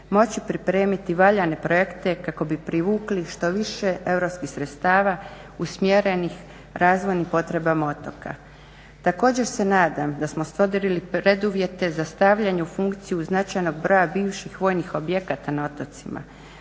moći pripremiti valjane projekte kako bi privukli što više europskih sredstava usmjerenih razvojnim potrebama otoka. Također se nadam da smo stvorili preduvjete za stavljanje u funkciju značajnog broja bivših vojnih objekata na otocima.